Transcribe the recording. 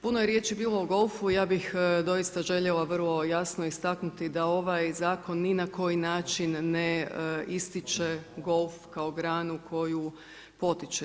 Puno je riječi bilo o golfu, ja bih dosita željela vrlo jasno istaknuti da ovaj zakon, ni na koji način ne ističe golf kao granu koju potiče.